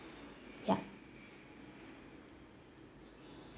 yup